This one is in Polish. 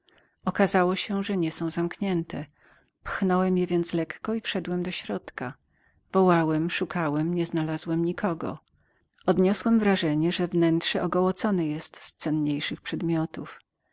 okazało się że nie są zamknięte pchnąłem je więc lekko i wszedłem do środka wołałem szukałem nie znalazłem nikogo odniosłem wrażenie że wnętrze ogołocone jest z cenniejszych przedmiotów